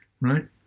right